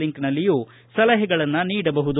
ಲಿಂಕ್ನಲ್ಲಿಯೂ ಸಲಹೆಗಳನ್ನು ನೀಡಬಹುದು